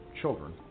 children